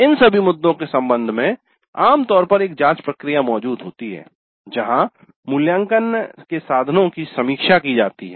इन सभी मुद्दों के संबंध में आमतौर पर एक जांच प्रक्रिया मौजूद होती है जहां मूल्यांकन के साधनों की समीक्षा की जाती है